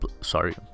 sorry